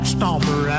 Stomper